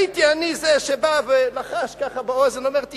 הייתי אני זה שבא ולחש ככה באוזן: תשמע,